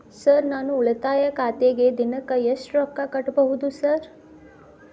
Sir ನಾನು ಉಳಿತಾಯ ಖಾತೆಗೆ ದಿನಕ್ಕ ಎಷ್ಟು ರೊಕ್ಕಾ ಕಟ್ಟುಬಹುದು ಸರ್?